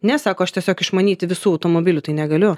ne sako aš tiesiog išmanyti visų automobilių tai negaliu